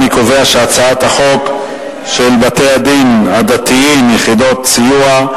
אני קובע שהצעת חוק בתי-דין דתיים (יחידות סיוע),